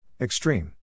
Extreme